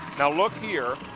look here.